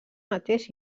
mateix